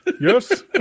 Yes